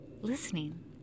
listening